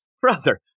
brother